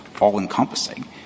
all-encompassing